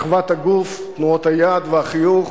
מחוות הגוף, תנועות היד והחיוך,